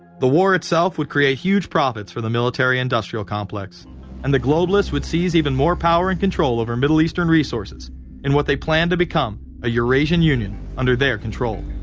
the war itself would create huge profits for the military-industrial complex and the globalists would seize even more power and control over middle eastern resources in what they planned to become a eurasian union under their control.